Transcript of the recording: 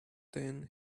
then